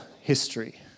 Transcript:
history